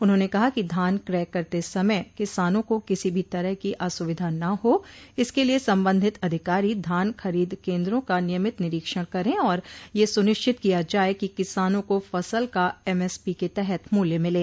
उन्होंने कहा कि धान क्रय करते समय किसानों को किसी भी तरह की असुविधा न हो इसके लिये संबंधित अधिकारी धान खरीद केन्द्रों का नियमित निरीक्षण करे और यह सुनिश्चित किया जाये कि किसानों को फसल का एमएसपी के तहत मूल्य मिले